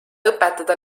õpetada